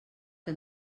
que